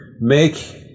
make